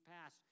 past